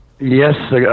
Yes